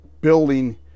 building